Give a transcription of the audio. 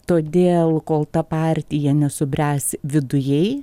todėl kol ta partija nesubręs vidujai